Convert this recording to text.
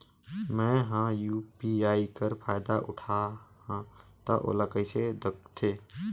मैं ह यू.पी.आई कर फायदा उठाहा ता ओला कइसे दखथे?